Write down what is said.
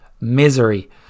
misery